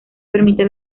permite